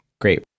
great